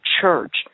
church